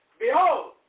Behold